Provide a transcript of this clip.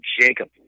Jacob